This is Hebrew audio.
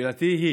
שאלתי היא